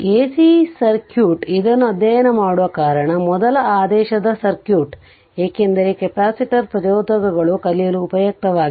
AC circuit ಇದನ್ನು ಅಧ್ಯಯನ ಮಾಡುವ ಕಾರಣ ಮೊದಲ ಆದೇಶದ ಸರ್ಕ್ಯೂಟ್ ಏಕೆಂದರೆ ಕೆಪಾಸಿಟರ್ ಪ್ರಚೋದಕಗಳು ಕಲಿಯಲು ಉಪಯುಕ್ತವಾಗಿದೆ